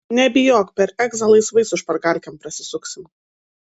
nebijok per egzą laisvai su špargalkėm prasisuksim